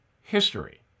history